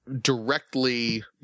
directly